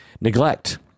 Neglect